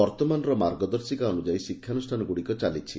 ବର୍ଭମାନର ମାର୍ଗଦର୍ଶିକା ଅନୁଯାୟୀ ଶିକ୍ଷାନୁଷ୍ଠାନଗୁଡ଼ିକ ଚାଲିଛି